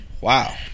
Wow